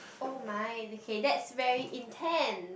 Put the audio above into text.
oh my okay that's very intense